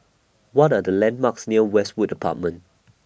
What Are The landmarks near Westwood Apartments